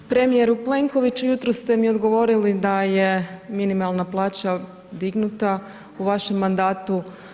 Premijeru Plenkoviću, jutros ste mi odgovorili da je minimalna plaća dignuta u vašem mandatu.